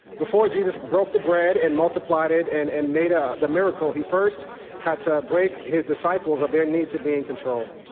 before jesus broke the bread and multiplied it and and made ah the miracle, he first had to break his disciples of their need to be in control.